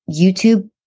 YouTube